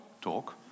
talk